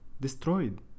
Destroyed